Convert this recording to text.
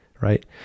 right